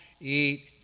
eat